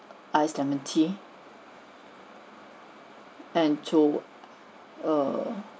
ice lemon tea and two err